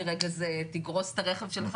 מרגע זה תגרוס את הרכב שלך,